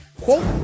quote